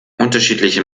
unterschiedliche